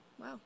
Wow